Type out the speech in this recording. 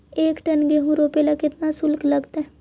एक टन गेहूं रोपेला केतना शुल्क लगतई?